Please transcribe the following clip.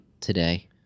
today